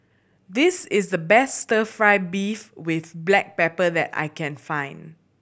this is the best Stir Fry beef with black pepper that I can find